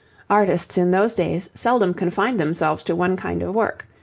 artists in those days seldom confined themselves to one kind of work.